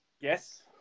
Yes